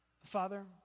Father